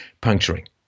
puncturing